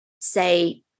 say